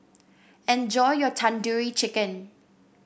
enjoy your Tandoori Chicken